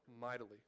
mightily